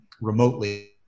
remotely